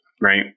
Right